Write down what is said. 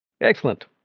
Excellent